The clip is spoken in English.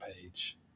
page